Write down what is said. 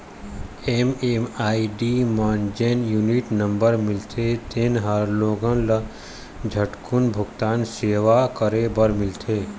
MMID म जेन unique number मिलथे तेन ह लोगन ल झटकून भूगतान सेवा करे बर मिलथे